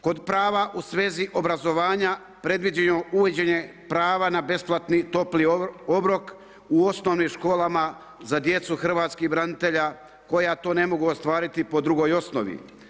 Kod prava u svezi obrazovanja predviđeno uvođenje prava na besplatni topli obrok u osnovnim školama za djecu hrvatskih branitelja koja to ne mogu ostvariti po drugoj osnovi.